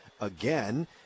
again